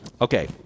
Okay